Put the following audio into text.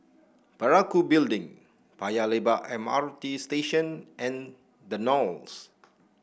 Parakou Building Paya Lebar M R T Station and The Knolls